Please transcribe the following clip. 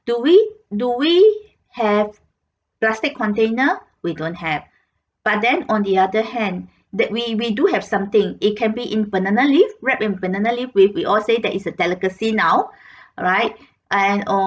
do we do we have plastic container we don't have but then on the other hand that we we do have something it can be in banana leaf wrapped in banana leaf with we all say that is a delicacy now right and or